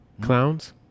Clowns